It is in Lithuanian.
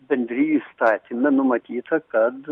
bendrijų įstatyme numatyta kad